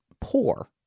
poor